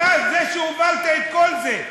אתה זה שהוביל את כל זה,